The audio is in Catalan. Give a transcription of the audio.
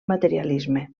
materialisme